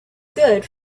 good